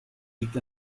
liegt